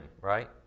right